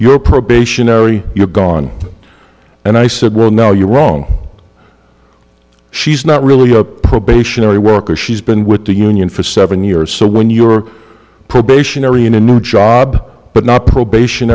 your probationary you're gone and i said well no you're wrong she's not really a probationary worker she's been with the union for seven years so when you're a probationary in a new job but not